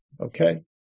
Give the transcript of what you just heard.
Okay